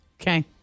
Okay